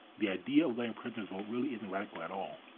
the idea of letting prisoners vote really isn't radical at all.